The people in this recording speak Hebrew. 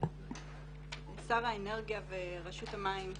שר האנרגיה ורשות המים,